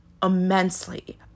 immensely